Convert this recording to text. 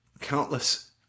countless